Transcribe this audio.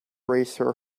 racer